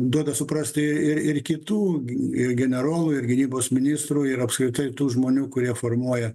duoda suprasti ir ir kitų g e generolų ir gynybos ministrų ir apskritai tų žmonių kurie formuoja